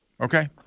okay